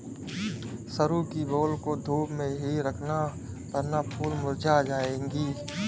सरू की बेल को धूप में ही रखना वरना फूल मुरझा जाएगी